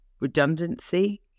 redundancy